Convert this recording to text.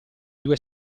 due